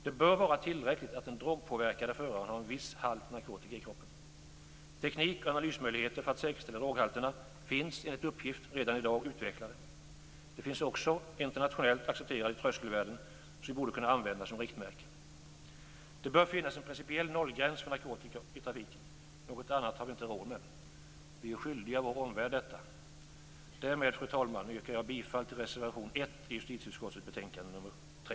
Det bör vara tillräckligt att den drogpåverkade föraren har en viss halt narkotika i kroppen. Teknik och analysmöjligheter för att säkerställa droghalterna finns enligt uppgift redan i dag utvecklade. Det finns också internationellt accepterade tröskelvärden som borde kunna användas som riktmärken. Det bör finnas en principiell nollgräns för narkotika i trafiken. Något annat har vi inte råd med. Vi är skyldiga vår omvärld detta. Därmed, fru talman, yrkar jag bifall till reservation 1 i justitieutskottets betänkande 3.